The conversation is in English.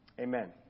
amen